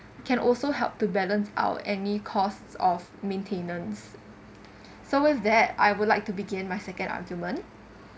can also help to balance out any cost of maintenance so with that I would like to begin my second argument